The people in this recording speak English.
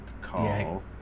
call